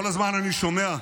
כל הזמן אני שומע: